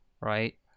right